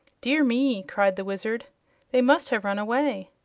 dear me! cried the wizard they must have run away.